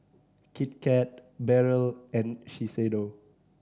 Kit Kat Barrel and Shiseido